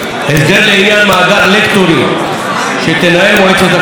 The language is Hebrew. לעניין מאגר לקטורים שתנהל מועצת הקולנוע.